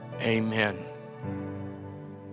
Amen